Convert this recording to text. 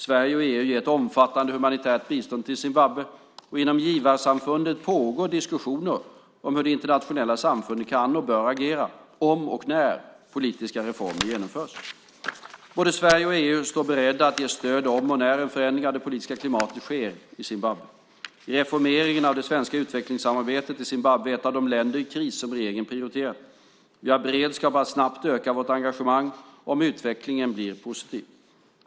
Sverige och EU ger ett omfattande humanitärt bistånd till Zimbabwe, och inom givarsamfundet pågår diskussioner om hur det internationella samfundet kan och bör agera om och när politiska reformer genomförs. Både Sverige och EU står beredda att ge stöd om och när en förändring av det politiska klimatet sker i Zimbabwe. I reformeringen av det svenska utvecklingssamarbetet är Zimbabwe ett av de länder i kris som regeringen prioriterat. Vi har beredskap att snabbt öka vårt engagemang om utvecklingen blir positiv.